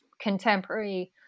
contemporary